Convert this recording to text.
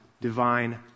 divine